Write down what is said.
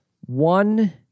one